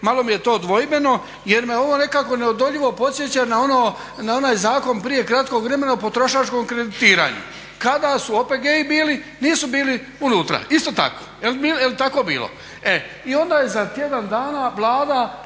malo mi je to dvojbeno jer me ovo nekako neodoljivo podsjeća na onaj zakon prije kratkog vremena o potrošačkom kreditiranju kada su OPG-i bili, nisu bili unutra isto tako, je li tako bilo? I onda je za tjedan dana Vlada